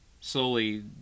slowly